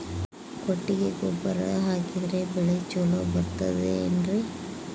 ಕೊಟ್ಟಿಗೆ ಗೊಬ್ಬರ ಹಾಕಿದರೆ ಬೆಳೆ ಚೊಲೊ ಬರುತ್ತದೆ ಏನ್ರಿ?